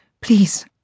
Please